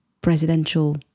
presidential